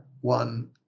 one